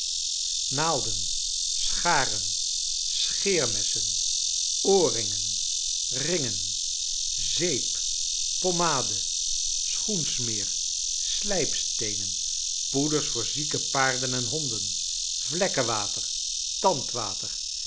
naalden scharen scheermessen oorringen ringen zeep pommade schoensmeer slijpsteenen poeders voor zieke paarden en honden vlekkenwater